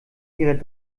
ihrer